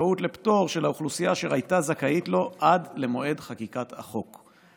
בזכאות לפטור של האוכלוסייה אשר הייתה זכאית לו עד למועד חקיקת החוק.